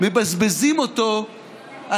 זה החוק.